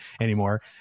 anymore